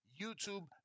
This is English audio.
YouTube